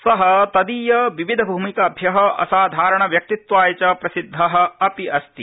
स तदीय विविध भूमिकाभ्य असाधारण व्यक्तित्वायच प्रसिद्ध अस्ति